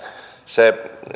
se